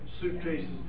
suitcases